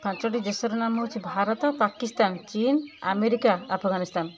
ପାଞ୍ଚଟି ଦେଶର ନାମ ହେଉଛ ଭାରତ ପାକିସ୍ତାନ୍ ଚୀନ୍ ଆମେରିକା ଆଫଗାନିସ୍ତାନ୍